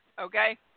okay